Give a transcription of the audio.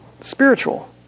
spiritual